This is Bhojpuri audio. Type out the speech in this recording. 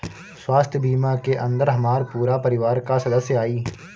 स्वास्थ्य बीमा के अंदर हमार पूरा परिवार का सदस्य आई?